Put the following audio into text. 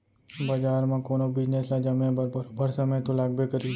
बजार म कोनो बिजनेस ल जमे बर बरोबर समे तो लागबे करही